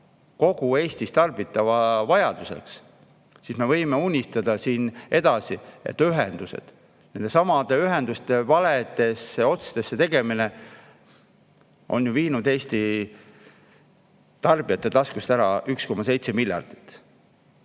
kogu siin tarbitavas [mahus], siis me võime unistada edasi, et ühendused … Nendesamade ühenduste valedesse otstesse tegemine on ju viinud Eesti tarbijate taskust 1,7 miljardit.